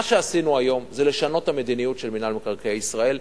מה שעשינו היום זה לשנות את המדיניות של מינהל מקרקעי ישראל,